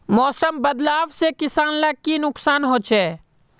मौसम बदलाव से किसान लाक की नुकसान होचे?